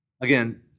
Again